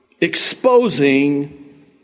exposing